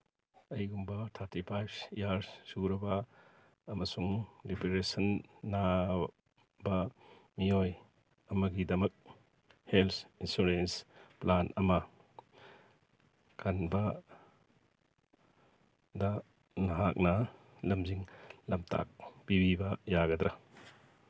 ꯑꯩꯒꯨꯝꯕ thirty five years ꯁꯨꯔꯕ ꯑꯃꯁꯨꯡ depression ꯅꯥꯕ ꯃꯤꯑꯣꯏ ꯑꯃꯒꯤꯗꯃꯛ ꯍꯦꯜꯠ ꯏꯟꯁꯨꯔꯦꯟꯁ ꯄ꯭ꯂꯥꯟ ꯑꯃ ꯈꯟꯕꯗ ꯅꯍꯥꯛꯅ ꯂꯝꯖꯤꯡ ꯂꯝꯇꯥꯛ ꯄꯤꯕꯤꯕ ꯌꯥꯒꯗ꯭ꯔꯥ